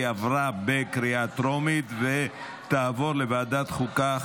עברה בקריאה הטרומית ותעבור לוועדת החוקה,